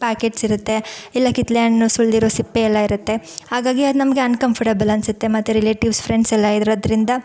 ಪ್ಯಾಕೆಟ್ಸಿರತ್ತೆ ಇಲ್ಲ ಕಿತ್ಳೆ ಹಣ್ಣು ಸುಲಿದಿರೋ ಸಿಪ್ಪೆ ಎಲ್ಲ ಇರತ್ತೆ ಹಾಗಾಗಿ ಅದು ನಮಗೆ ಅನ್ಕಂಫರ್ಟಬಲ್ ಅನಿಸತ್ತೆ ಮತ್ತು ರಿಲೇಟಿವ್ಸ್ ಫ್ರೆಂಡ್ಸೆಲ್ಲ ಇರೋದ್ರಿಂದ